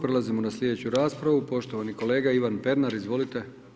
Prelazimo na slijedeću raspravu, poštovani kolega Ivan Pernar, izvolite.